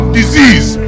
disease